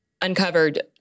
uncovered